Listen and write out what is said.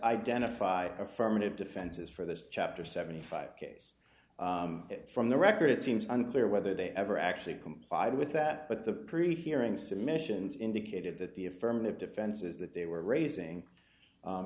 identify affirmative defenses for this chapter seventy five case from the record it seems unclear whether they ever actually complied with that but the prefiguring submissions indicated that the affirmative defenses that they were raising